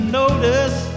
notice